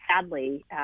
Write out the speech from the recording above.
sadly